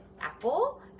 apple